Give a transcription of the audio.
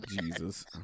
Jesus